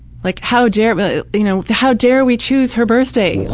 like how dare you know how dare we choose her birthday? what!